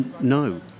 no